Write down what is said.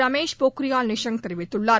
ரமேஷ் போக்ரியால் நிஷாங்க் தெரிவித்துள்ளார்